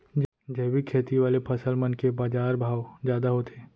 जैविक खेती वाले फसल मन के बाजार भाव जादा होथे